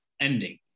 ending